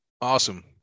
Awesome